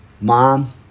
Mom